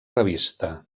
revista